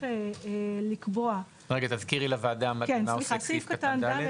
רגע, תזכירי לוועדה במה עוסק סעיף קטן (ד).